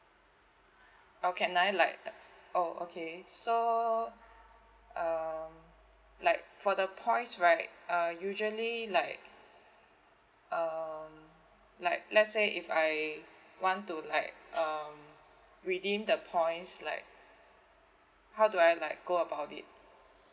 or can I like oh okay so um like for the points right uh usually like um like let's say if I want to like um redeem the points like how do I like go about it